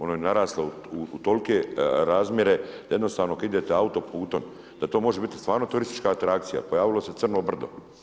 Ono je naraslo u tolike razmjere da jednostavno ako idete autoputom da to može biti stvarno turistička atrakcija, pojavilo se crno brdo.